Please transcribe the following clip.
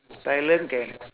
thailand can